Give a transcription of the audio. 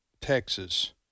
Texas